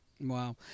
wow